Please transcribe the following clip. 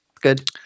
Good